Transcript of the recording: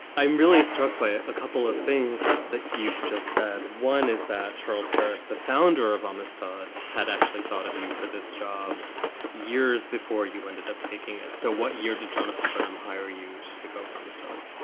i'm really struck by a couple of things that you've just said. one is that charles harris, the founder of amistad, had actually thought of you for this job years before you ended up taking it. so what year did jonathan burnham hire you to take over? i um was told